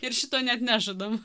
ir šito net nežadam